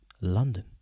London